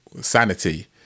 sanity